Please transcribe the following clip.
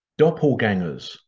doppelgangers